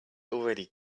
already